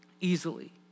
easily